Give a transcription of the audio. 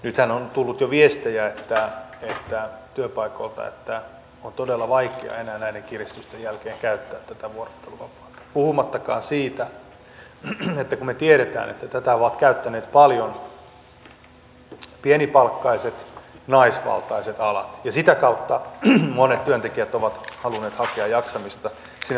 nythän on tullut jo viestejä työpaikoilta että on todella vaikeaa enää näiden kiristysten jälkeen käyttää tätä vuorotteluvapaata puhumattakaan siitä kun me tiedämme että tätä ovat käyttäneet paljon pienipalkkaiset naisvaltaiset alat ja sitä kautta monet työntekijät ovat halunneet hakea jaksamista sinne lopputyöuralle